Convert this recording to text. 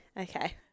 Okay